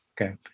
Okay